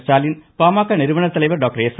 ஸ்டாலின் பாமக நிறுவனர் தலைவர் doctor S